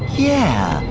yeah,